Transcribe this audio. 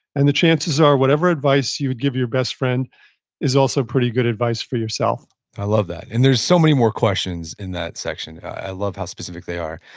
and the chances are whatever advice you would give your best friend is also pretty good advice for yourself i love that and there's so many more questions in that section. i love how specific they are.